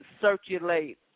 circulate